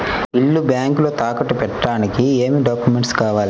ఇల్లు బ్యాంకులో తాకట్టు పెట్టడానికి ఏమి డాక్యూమెంట్స్ కావాలి?